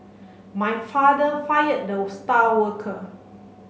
my father fired the star worker